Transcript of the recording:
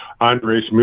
Andres